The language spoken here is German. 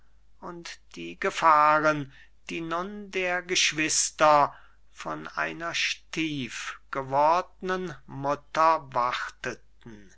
und die gefahren die nun der geschwister von einer stiefgewordnen mutter warteten